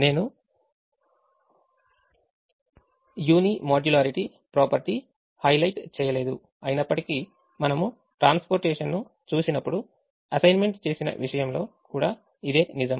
నేను unimodularity property highlight చేయలేదు అయినప్పటికీ మనము transportation ను చూసినప్పుడు అసైన్మెంట్చేసిన విషయంలో కూడా ఇదే నిజం